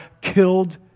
killed